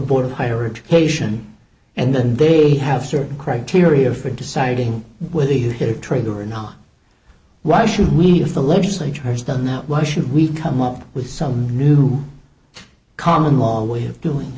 board of higher education and then they have certain criteria for deciding whether you hear trade or not why should we if the legislature has done that why should we come up with some new common mol way of doing